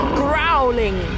growling